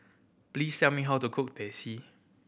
please tell me how to cook Teh C